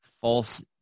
false